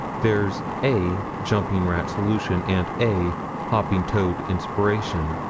there's a jumping-rat solution and a hopping-toad inspiration,